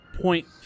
point